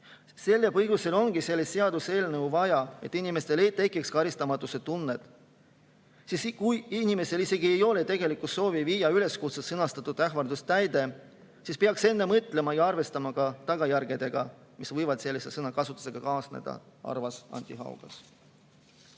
Sellel põhjusel ongi seda seadust vaja, et inimestel ei tekiks karistamatuse tunnet. Isegi kui inimesel ei ole tegelikku soovi üleskutses sõnastatud ähvardust täide viia, peaks ta enne mõtlema ja arvestama ka tagajärgedega, mis võivad sellise sõnakasutusega kaasneda, arvas Anti Haugas.